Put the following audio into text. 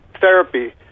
therapy